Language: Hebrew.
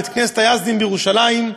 בית-כנסת היזדים בירושלים.